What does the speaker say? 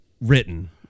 written